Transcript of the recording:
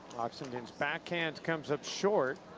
oxenden's backhand comes up short.